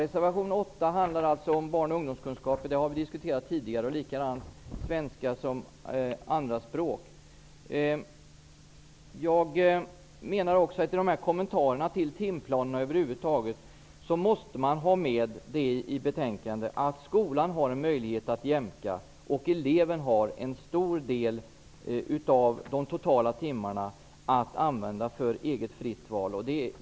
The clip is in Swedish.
Reservation 8 handlar om barn och ungdomskunskap, som vi har diskuterat tidigare. I fråga om kommentarerna till timplanerna över huvud taget måste det finnas med i betänkandet att skolan har en möjlighet att jämka och att eleven kan använda en stor del av det totala timantalet för eget fritt val.